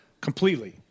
completely